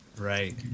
Right